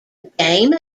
game